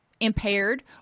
Impaired